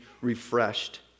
refreshed